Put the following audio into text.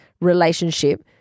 relationship